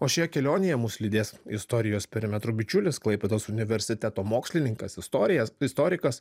o šioje kelionėje mus lydės istorijos perimetrų bičiulis klaipėdos universiteto mokslininkas istorijas istorikas